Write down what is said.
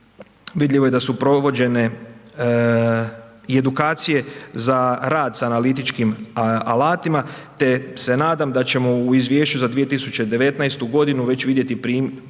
vidljivo je da su provođene i edukacije za rad s analitičkim alatima te se nadam da ćemo u izvješću za 2019. godinu već vidjeti primjenu